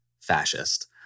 fascist